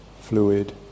fluid